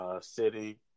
city